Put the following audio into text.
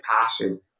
passion